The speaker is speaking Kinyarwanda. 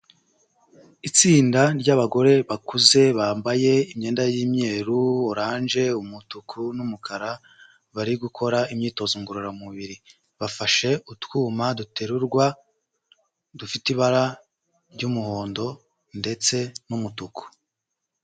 Itsinda rya'bagore bakuze bambaye imyenda y'imyeru, oranje, umutuku n'umukara bari gukora imyitozo ngororamubiri, bafashe utwuma duterurwa dufite ibara ry'umuhondo ndetse n'umutuku.